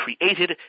created